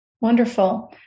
wonderful